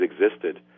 existed